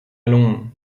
allons